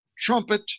trumpet